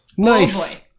Nice